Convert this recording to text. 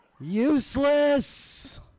Useless